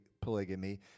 polygamy